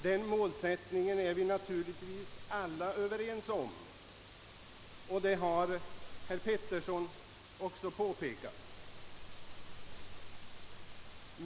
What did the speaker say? Den målsättningen är vi naturligtvis alla överens om, och det har också herr Petersson påpekat.